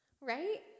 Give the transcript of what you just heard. Right